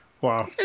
Wow